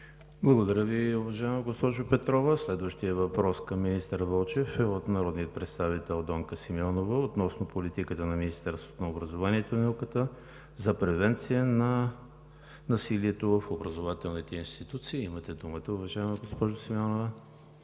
Благодаря Ви, уважаема госпожо Петрова. Следващият въпрос към министър Вълчев е от народния представител Донка Симеонова относно политиката на Министерството на образованието и науката за превенция на насилието в образователните институции. Имате думата, уважаема госпожо Симеонова.